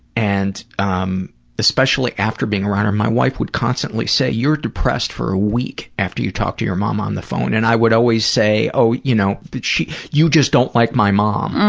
and um especially after being around her, my wife would constantly say, you're depressed for a week after you talk to your mom on the phone, and i would always say, oh, you know, but you just don't like my mom,